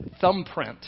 thumbprint